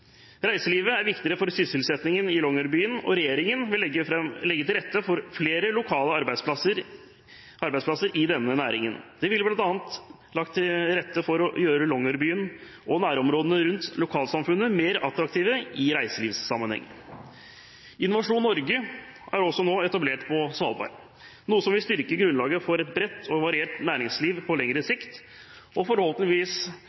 Reiselivet er viktig for sysselsettingen i Longyearbyen, og regjeringen vil legge til rette for flere lokale arbeidsplasser i denne næringen. Det blir bl.a. lagt til rette for å gjøre Longyearbyen og nærområdene rundt lokalsamfunnene mer attraktive i reiselivssammenheng. Innovasjon Norge er også nå etablert på Svalbard, noe som vil styrke grunnlaget for et bredt og variert næringsliv på lengre